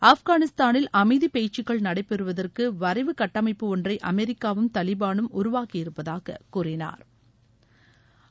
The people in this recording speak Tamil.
ஆப்கானிஸ்தானில் அமைதி பேச்சுக்கள் நடைபெறுவதற்கு வரைவு கட்டமைப்பு ஒன்றை அமெரிக்காவும் தாலிபானும் உருவாக்கியிருப்பதாக கூறினாா்